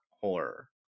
horror